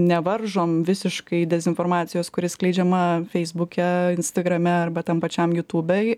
nevaržom visiškai dezinformacijos kuri skleidžiama feisbuke instagrame arba tam pačiam jutubėj